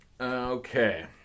Okay